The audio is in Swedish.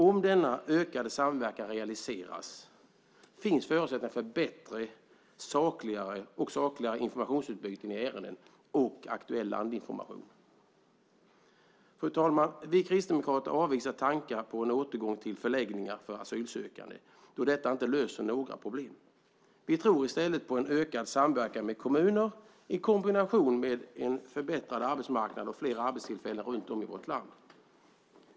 Om denna ökade samverkan realiseras finns det förutsättningar för bättre och sakligare informationsutbyten i ärenden och aktuell landinformation. Fru talman! Vi kristdemokrater avvisar tankar på en återgång till förläggningar för asylsökande då detta inte löser några problem. Vi tror i stället på en ökad samverkan med kommuner i kombination med en förbättrad arbetsmarknad och flera arbetstillfällen runt om i vårt land.